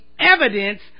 evidence